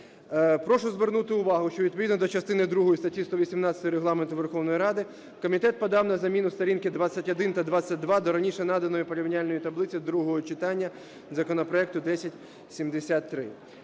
Прошу звернути увагу, що відповідно до частини другої статті 118 Регламенту Верховної Ради комітет подав на заміну сторінки 21 та 22 до раніше наданої порівняльної таблиці другого читання законопроекту 1073.